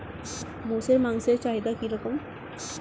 মোষের মাংসের চাহিদা কি রকম?